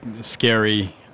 scary